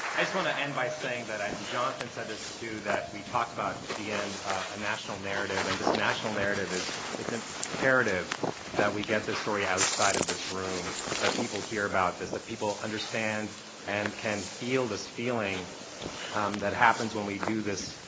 i just want to end by saying that, and jonathan said this, too, that we talked about at the end a national narrative. and this national narrative it's ah imperative that we get this story outside of this room that people hear about this, that people understand and can feel this feeling um that happens when we do this,